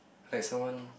hi someone